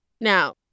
Now